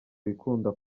wikunda